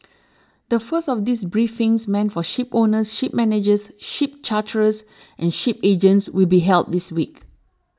the first of these briefings meant for shipowners ship managers ship charterers and shipping agents will be held this week